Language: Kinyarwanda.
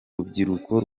rubyiruko